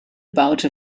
baute